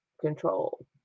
control